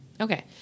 Okay